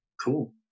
Cool